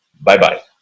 bye-bye